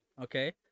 Okay